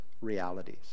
realities